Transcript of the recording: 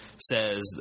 says